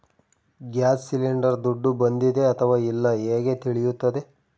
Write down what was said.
Gas cylinder ದುಡ್ಡು ಬಂದಿದೆ ಅಥವಾ ಇಲ್ಲ ಹೇಗೆ ತಿಳಿಯುತ್ತದೆ?